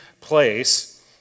place